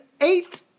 eight